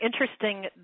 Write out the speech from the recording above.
interesting